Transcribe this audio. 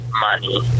money